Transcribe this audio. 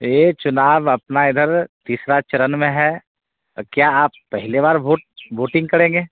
ये चुनाव अपना इधर तीसरा चरण में है अ क्या आप पेहली बार भोट भोटिङ करेंगे